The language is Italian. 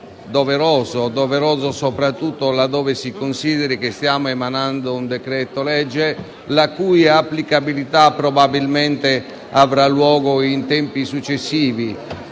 doveroso, soprattutto laddove si consideri che stiamo convertendo un decreto-legge la cui applicazione probabilmente avrà luogo in tempi successivi,